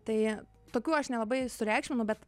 tai tokių aš nelabai sureikšminu bet